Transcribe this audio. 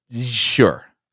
Sure